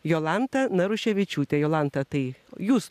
jolanta naruševičiūtė jolanta tai jūs